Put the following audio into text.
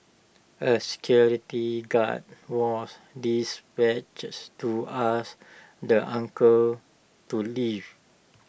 A security guard was dispatches to ask the uncle to leave